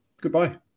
goodbye